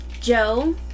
Joe